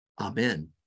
amen